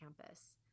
campus